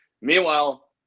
meanwhile